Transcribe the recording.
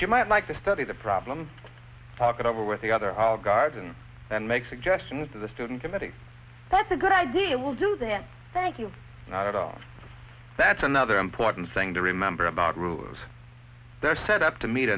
you might like to study the problem talk it over with the other guys and and make suggestions to the student committee that's a good idea will do that thank you not at all that's another important thing to remember about rules that set up to meet